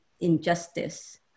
injustice